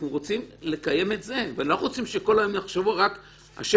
אנחנו רוצים לקיים את זה ולא שכל היום יחשבו "אשם,